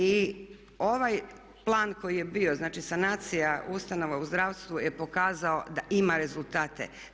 I ovaj plan koji je bio, znači sanacija ustanova u zdravstvu je pokazao da ima rezultate.